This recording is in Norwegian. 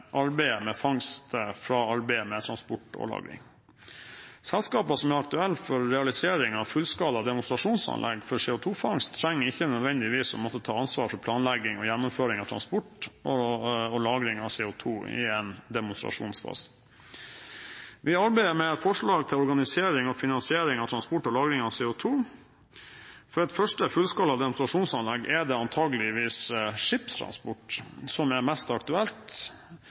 arbeidet med fangst fra arbeidet med transport og lagring. Selskaper som er aktuelle for realisering av fullskala demonstrasjonsanlegg for CO2-fangst, trenger ikke nødvendigvis å måtte ta ansvar for planlegging og gjennomføring av transport og lagring av CO2 i en demonstrasjonsfase. Vi arbeider med et forslag til organisering og finansiering av transport og lagring av CO2. For et første fullskala demonstrasjonsanlegg er det antageligvis skipstransport som er mest aktuelt,